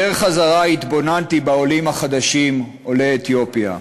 בדרך חזרה התבוננתי בעולים החדשים, עולי אתיופיה.